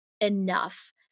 enough